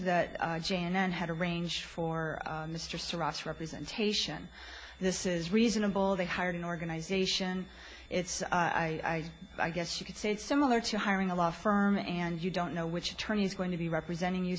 that janet had arranged for mr seraphs representation this is reasonable they hired an organization it's i i guess you could say it's similar to hiring a law firm and you don't know which attorney is going to be representing you